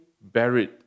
Buried